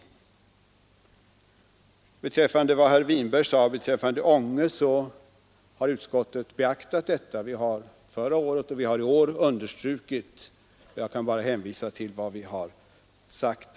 Vad herr Winberg sade om Ånge har utskottet beaktat; det har vi understrukit förra året och i år, och jag kan bara hänvisa till vad vi har sagt.